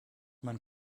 mein